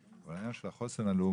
אבל על נושא של החוסן הלאומי.